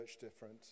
different